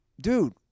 dude